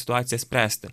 situaciją spręsti